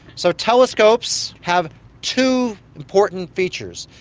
so telescopes have two important features.